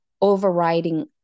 overriding